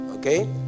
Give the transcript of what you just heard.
Okay